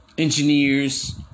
Engineers